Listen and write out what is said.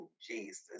Jesus